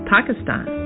Pakistan